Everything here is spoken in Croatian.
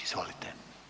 Izvolite.